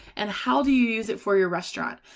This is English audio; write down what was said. and how do you use it for your restaurants.